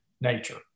nature